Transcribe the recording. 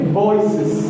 voices